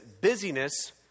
busyness